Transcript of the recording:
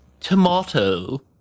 Tomato